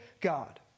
God